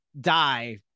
die